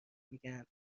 میگن